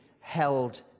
held